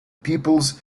peoples